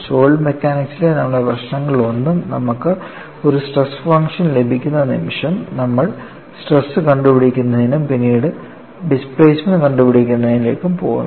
solid മെക്കാനിക്സിലെ നമ്മുടെ പ്രശ്നങ്ങളിലൊന്നും നമുക്ക് ഒരു സ്ട്രെസ് ഫംഗ്ഷൻ ലഭിക്കുന്ന നിമിഷം നമ്മൾ സ്ട്രെസ് കണ്ടുപിടിക്കുന്നതിനും പിന്നീട് ഡിസ്പ്ലേസ്മെൻറ് കണ്ടുപിടിക്കുന്നതിനും പോകുന്നു